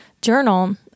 journal